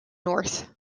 north